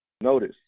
Notice